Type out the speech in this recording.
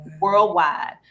worldwide